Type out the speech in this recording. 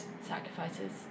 sacrifices